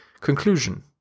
Conclusion